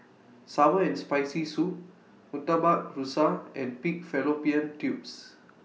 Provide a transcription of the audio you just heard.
Sour and Spicy Soup Murtabak Rusa and Pig Fallopian Tubes